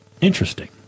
interesting